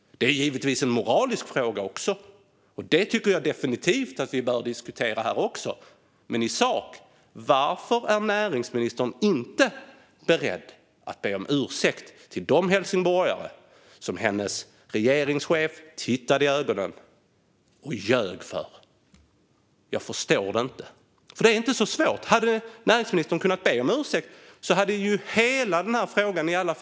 Det är givetvis också en moralisk fråga, som vi definitivt också bör diskutera här. Men i sak undrar jag varför näringsministern inte är beredd att be om ursäkt till de helsingborgare som hennes regeringschef tittade i ögonen och ljög för. Jag förstår det inte. Det är inte svårt. Om näringsministern hade kunnat be om ursäkt hade hela frågan hamnat i ett annat läge.